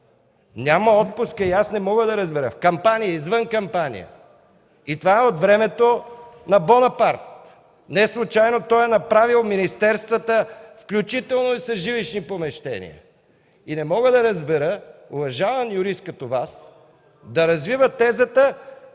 няма отпуск. Няма отпуск – в кампания, извън кампания, и това е от времето на Бонапарт. Неслучайно той е направил министерствата включително и с жилищни помещения. Не мога да разбера, уважаван юрист като Вас да развива тезата